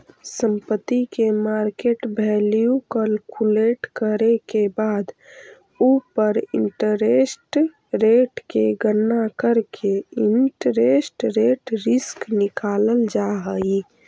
संपत्ति के market value calculate करे के बाद उ पर इंटरेस्ट रेट के गणना करके इंटरेस्ट रेट रिस्क निकालल जा हई